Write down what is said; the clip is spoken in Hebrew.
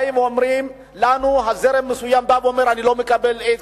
באים ואומרים לנו שזרם מסוים אומר לנו שהוא לא מקבל x,